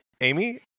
Amy